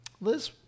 Liz